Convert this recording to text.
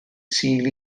sul